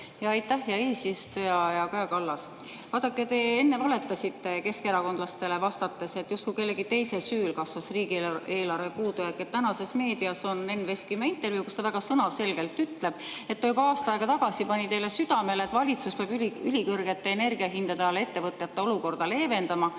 Aitäh, hea eesistuja! Hea Kaja Kallas! Vaadake, te enne valetasite keskerakondlastele vastates, justkui kellegi teise süül oleks kasvanud riigieelarve puudujääk. Tänases meedias on Enn Veskimäe intervjuu, kus ta väga sõnaselgelt ütleb, et ta juba aasta aega tagasi pani teile südamele, et valitsus peab ülikõrgete energiahindade all [ägavate] ettevõtete olukorda leevendama,